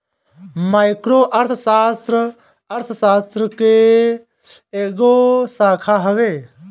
micro अर्थशास्त्र, अर्थशास्त्र के एगो शाखा हवे